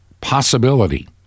possibility